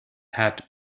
had